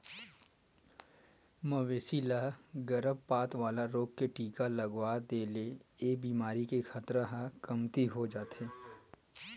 मवेशी ल गरभपात वाला रोग के टीका लगवा दे ले ए बेमारी के खतरा ह कमती हो जाथे